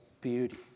beauty